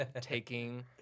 taking